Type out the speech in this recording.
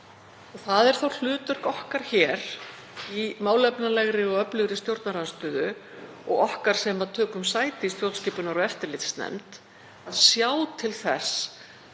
Það er þá hlutverk okkar hér í málefnalegri og öflugri stjórnarandstöðu og okkar sem tökum sæti í stjórnskipunar- og eftirlitsnefnd að sjá til þess að